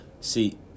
see